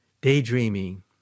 daydreaming